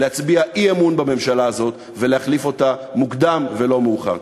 להצביע אי-אמון בממשלה הזאת ולהחליף אותה מוקדם ולא מאוחר.